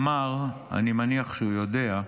אמר, אני מניח שהוא יודע,